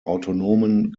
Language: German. autonomen